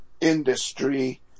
industry